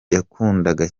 yakundaga